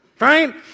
right